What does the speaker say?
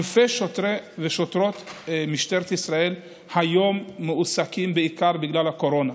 אלפי שוטרים ושוטרות במשטרת ישראל מועסקים בעיקר בגלל הקורונה.